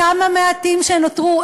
אותם המעטים שנותרו?